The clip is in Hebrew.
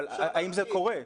אבל האם זה קורה?